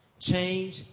Change